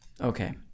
Okay